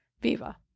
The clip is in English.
Viva